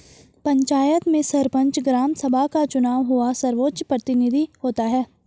पंचायत में सरपंच, ग्राम सभा का चुना हुआ सर्वोच्च प्रतिनिधि होता है